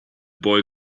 boy